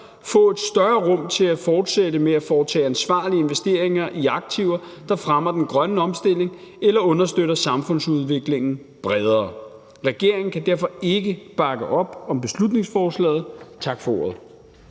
få et større rum til at fortsætte med at foretage ansvarlige investeringer i aktiver, der fremmer den grønne omstilling eller understøtter samfundsudviklingen bredere. Regeringen kan derfor ikke bakke op om beslutningsforslaget. Tak for ordet.